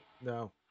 No